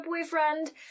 boyfriend